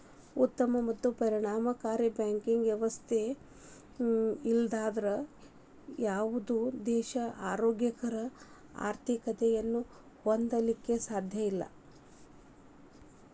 ಉತ್ತಮ ಮತ್ತು ಪರಿಣಾಮಕಾರಿ ಬ್ಯಾಂಕಿಂಗ್ ವ್ಯವಸ್ಥೆ ಇರ್ಲಾರ್ದ ಯಾವುದ ದೇಶಾ ಆರೋಗ್ಯಕರ ಆರ್ಥಿಕತೆಯನ್ನ ಹೊಂದಲಿಕ್ಕೆ ಸಾಧ್ಯಇಲ್ಲಾ